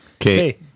Okay